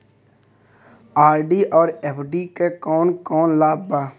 RD और FD क कौन कौन लाभ बा?